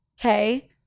Okay